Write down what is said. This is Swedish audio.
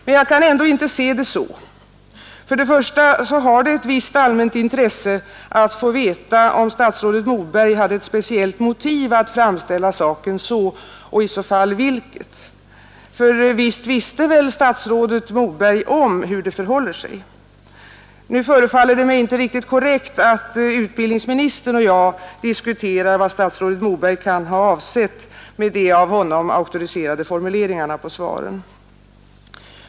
Men jag kan ändå inte se det så. För det första har det ett visst allmänt intresse att få veta om statsrådet Moberg hade ett speciellt motiv för att framställa saken som han gjorde det och i så fall vilket. Ty nog visste väl statsrådet Moberg hur det förhåller sig? Nu förefaller det mig inte riktigt korrekt att utbildningsministern och jag diskuterar vad statsrådet Moberg kan ha avsett med de av honom auktoriserade formuleringarna på sina svar.